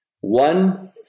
One